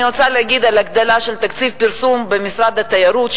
אני רוצה לדבר על הגדלה של תקציב הפרסום במשרד התיירות,